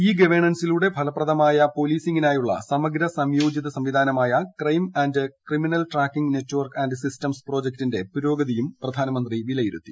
E ഗവേണൻസിലൂടെ ഫലപ്രദമായ പൊലീസിങ്ങിനായുള്ള സമഗ്ര സംയോജിത സംവിധാനമായ crime and criminal tracking network and systems പ്രോജക്ടിന്റെ പുരോഗതിയും പ്രധാനമന്ത്രി വിലയിരുത്തി